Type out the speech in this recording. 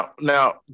Now